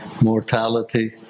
mortality